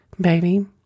Baby